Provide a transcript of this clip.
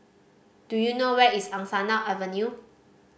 do you know where is Angsana Avenue